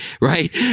right